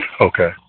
okay